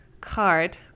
card